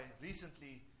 recently